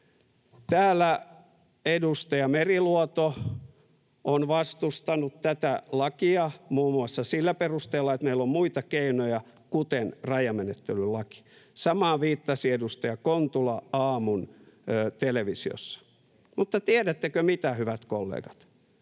Täällä edustaja Meriluoto on vastustanut tätä lakia muun muassa sillä perusteella, että meillä on muita keinoja, kuten rajamenettelylaki. Samaan viittasi edustaja Kontula aamun televisiossa. Mutta tiedättekö, mitä, hyvät kollegat?